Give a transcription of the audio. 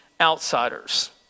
outsiders